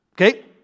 okay